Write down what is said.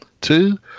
two